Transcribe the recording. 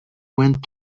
went